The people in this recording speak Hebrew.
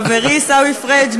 חברי עיסאווי פריג',